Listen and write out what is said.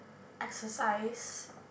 exercise